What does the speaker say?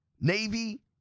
Navy